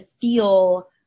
feel